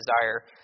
desire